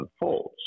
unfolds